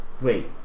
Wait